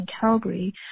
Calgary